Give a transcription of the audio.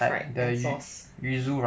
fried sauce